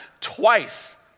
twice